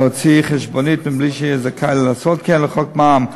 הוציא חשבונית בלי שהיה זכאי לעשות כן לפי חוק מע"מ,